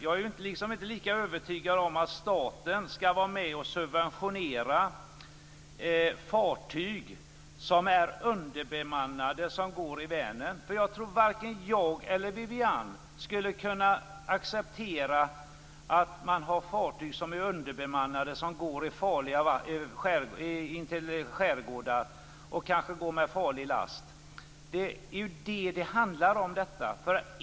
Jag är liksom inte lika övertygad om att staten ska vara med och subventionera underbemannade fartyg som går i Jag tror att varken jag eller Viviann Gerdin skulle kunna acceptera att underbemannade fartyg som kanske går med farlig last går in i skärgårdar. Det är detta det handlar om.